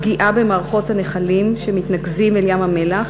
פגיעה במערכות הנחלים שמתנקזים אל ים-המלח: